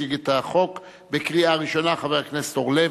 יציג את החוק לקריאה ראשונה חבר הכנסת אורלב.